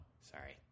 sorry